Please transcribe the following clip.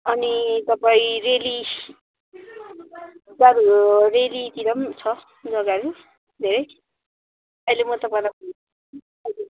अनि तपाईँ रेली जारू रेलितिर पनि छ जग्गाहरू धेरै अहिले मो तपाईँलाई हजुर